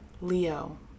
Leo